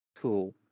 tool